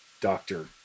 doctor